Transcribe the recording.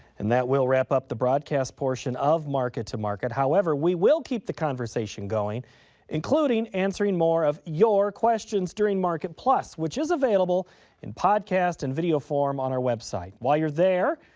and that will wrap up the broadcast portion of market to market. however, we will keep the conversation going including answering more of your questions during market plus which is available in podcast and video form on our website. while you're there,